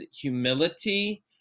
humility